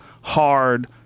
hard